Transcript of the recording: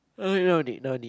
eh no need no need